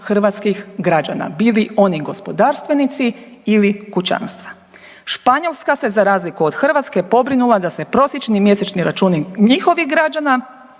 hrvatskih građana, bili oni gospodarstvenici ili kućanstva. Španjolska se za razliku od Hrvatske pobrinula da se prosječni mjesečni računi njihovih građana